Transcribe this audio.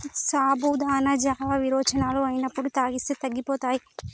సాబుదానా జావా విరోచనాలు అయినప్పుడు తాగిస్తే తగ్గిపోతాయి